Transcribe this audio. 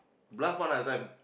bluff one ah that time